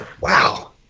wow